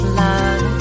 love